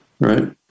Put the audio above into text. Right